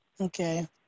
Okay